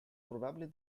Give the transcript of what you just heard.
probably